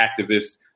activists